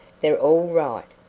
they're all right.